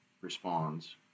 responds